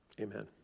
amen